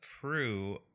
Prue